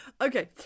okay